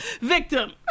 Victim